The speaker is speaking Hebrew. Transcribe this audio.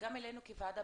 וגם אלינו כוועדה,